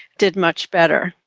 did much better.